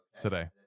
today